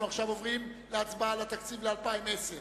אנחנו עוברים להצבעה על התקציב ל-2010.